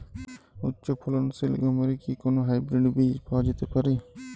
উচ্চ ফলনশীল গমের কি কোন হাইব্রীড বীজ পাওয়া যেতে পারে?